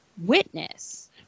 witness